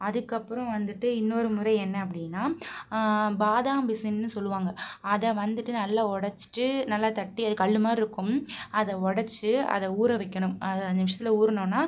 அதுக்கு அப்புறம் வந்துட்டு இன்னொரு முறை என்ன அப்படின்னா பாதாம் பிசின்னு சொல்லுவாங்க அதை வந்துட்டு நல்லா உடச்சிட்டு நல்லா தட்டி கல் மாதிரி இருக்கும் அதை உடச்சி அதை ஊற வைக்கணும் அது அஞ்சு நிமிஷத்தில் ஊறினோன